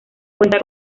cuenta